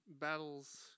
battles